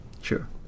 sure